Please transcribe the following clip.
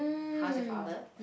how is your father